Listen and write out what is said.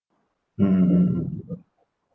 mm mm mm